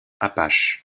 apache